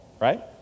right